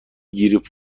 گریپ